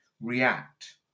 react